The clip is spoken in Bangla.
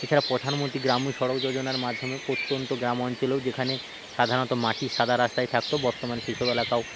এছাড়া প্রধানমন্ত্রী গ্রাম্য সড়ক যোজনার মাধ্যমে প্রত্যন্ত গ্রাম অঞ্চলেও যেখানে সাধারণত মাটির সাদা রাস্তাই থাকত বর্তমানে সেই সব এলাকাও